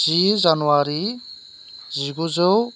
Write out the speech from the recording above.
जि January जिगुजौ